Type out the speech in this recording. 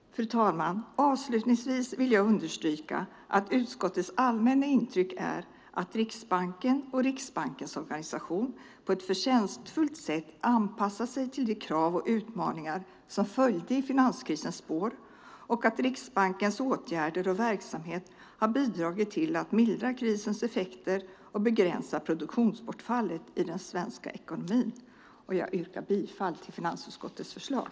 Fru talman! Avslutningsvis vill jag understryka att utskottets allmänna intryck är att Riksbanken och Riksbankens organisation på ett förtjänstfullt sätt anpassat sig till de krav och utmaningar som följde i finanskrisens spår samt att Riksbankens åtgärder och verksamhet har bidragit till att mildra krisens effekter och begränsa produktionsbortfallet i den svenska ekonomin. Jag yrkar bifall till finansutskottets förslag.